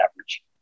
average